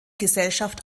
gesellschaft